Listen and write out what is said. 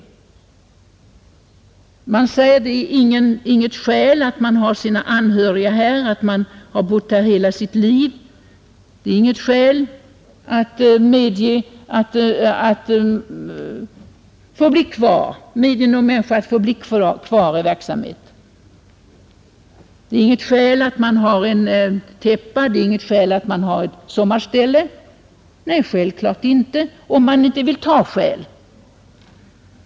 Det sägs att det inte är något skäl att man har sina anhöriga här, att man bott här i hela sitt liv — det är inte något skäl till att medge en människa att få stanna kvar i verksamheten i Stockholm. Det är inget skäl att man har en täppa eller att man har ett sommarställe — nej, det är det självfallet inte för den som inte vill ta skäl!